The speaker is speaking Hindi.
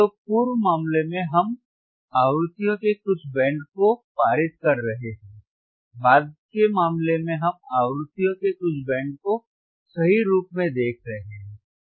तो पूर्व मामले में हम आवृत्तियों के कुछ बैंड को पारित कर रहे हैं बाद के मामले में हम आवृत्तियों के कुछ बैंड को सही रूप में देख रहे हैं